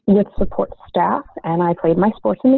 good support staff and i played my sports. and